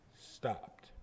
stopped